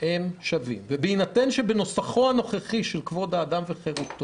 הם שווים ובהינתן שבנוסחו הנוכחי של חוק יסוד: כבוד האדם וחירותו